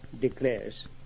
declares